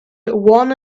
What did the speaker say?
one